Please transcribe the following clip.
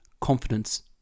confidence